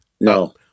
No